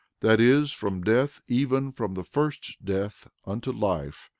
that is from death, even from the first death unto life,